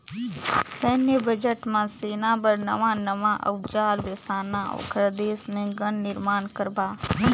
सैन्य बजट म सेना बर नवां नवां अउजार बेसाना, ओखर देश मे गन निरमान करबा